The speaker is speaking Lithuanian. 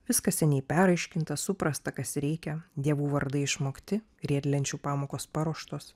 viskas seniai peraiškinta suprasta kas reikia dievų vardai išmokti riedlenčių pamokos paruoštos